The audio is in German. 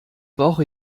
brauche